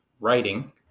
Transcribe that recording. writing